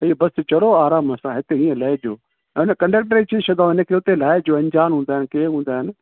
कि बस चढ़ो आराम सां हिते ईअं लहिजो ऐं कंडक्टर खे चए छॾंदो आहियां जो अंजान हूंदा आहिनि केरु हूंदा आहिनि